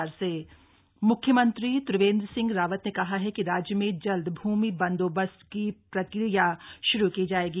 CM Pauri मुख्यमंत्री त्रिवेन्द्र सिंह रावत ने कहा है कि राज्य में जल्द भूमि बंदोबस्त की प्रक्रिया शुरू की जायेगी